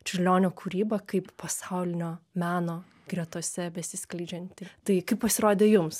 čiurlionio kūrybą kaip pasaulinio meno gretose besiskleidžiantį tai kaip pasirodė jums